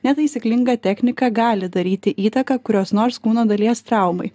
netaisyklinga technika gali daryti įtaką kurios nors kūno dalies traumai